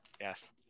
Yes